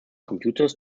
computers